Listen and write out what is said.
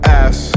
ass